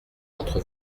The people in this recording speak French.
entre